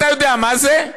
אתה יודע מה זה?